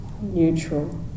neutral